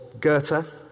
Goethe